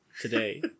today